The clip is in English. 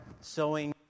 sowing